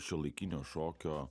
šiuolaikinio šokio